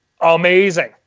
amazing